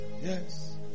Yes